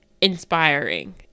inspiring